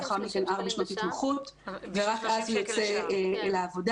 ולאחר מכן ארבע שנות התמחות ורק אז הוא יוצא לעבודה.